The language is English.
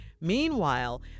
Meanwhile